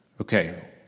Okay